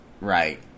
Right